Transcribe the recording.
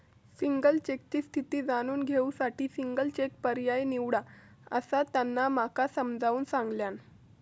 single चेकची स्थिती जाणून घेऊ साठी सिंगल चेक पर्याय निवडा, असा त्यांना माका समजाऊन सांगल्यान